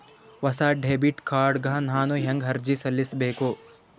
ಹೊಸ debit card ಗ ನಾನು ಹೆಂಗ ಅರ್ಜಿ ಸಲ್ಲಿಸಬೇಕು?